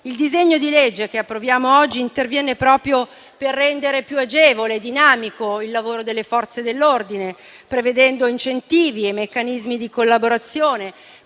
Il disegno di legge che approviamo oggi interviene proprio per rendere più agevole e dinamico il lavoro delle Forze dell'ordine, prevedendo incentivi e meccanismi di collaborazione